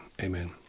Amen